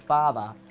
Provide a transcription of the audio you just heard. father,